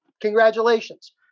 Congratulations